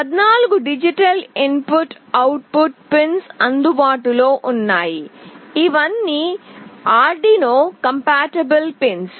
14 digital input output pins అందుబాటులో ఉన్నాయి ఇవన్నీ ఆర్డునో అనుకూల పిన్స్